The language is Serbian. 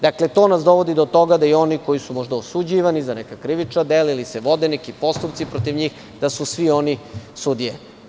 Dakle, to nas dovodi do toga da i oni koji su možda osuđivani za neka krivična dela, ili se vode neki postupci protiv njih, da su svi oni sudije.